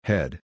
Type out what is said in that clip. Head